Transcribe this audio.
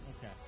Okay